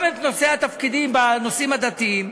גם את נושאי התפקידים בנושאים הדתיים,